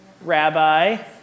Rabbi